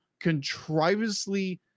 contrivously